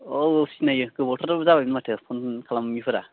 औ औ सिनायो गोबावथार जाबायमोन माथो फन खालामैफ्रा